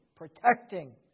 protecting